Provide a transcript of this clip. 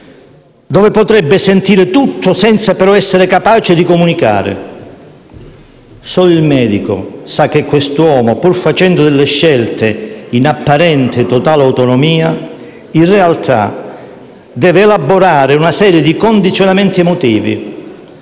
dove potrebbe sentire tutto, senza però essere capace di comunicare. Solo il medico sa che quest'uomo, pur facendo scelte in apparente totale autonomia, in realtà deve elaborare una serie di condizionamenti emotivi